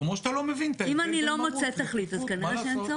אם אני לא מוצאת תכלית אז כנראה שאין צורך.